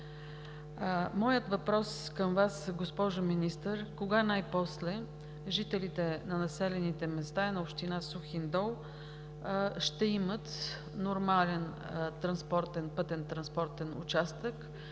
Моят въпрос към Вас, госпожо Министър, е: кога най-после жителите на населените места на община Сухиндол ще имат нормален пътнотранспортен участък;